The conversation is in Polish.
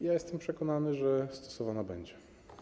I jestem przekonany, że stosowana będzie.